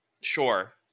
Sure